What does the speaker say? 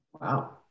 wow